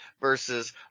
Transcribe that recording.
versus